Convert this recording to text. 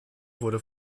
wurde